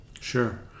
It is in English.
Sure